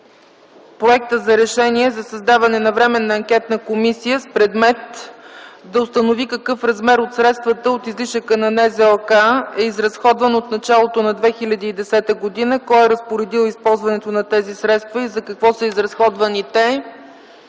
проект за Решение за създаване на временна анкетна комисия с предмет да се установи какъв размер от средствата от излишъка на НЗОК е изразходван от началото на 2000 година, кой е разпоредил използването на тези средства и за какво са изразходвани те,